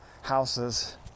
houses